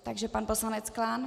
Takže pan poslanec Klán.